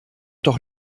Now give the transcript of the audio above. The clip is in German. doch